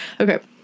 Okay